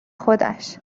خودش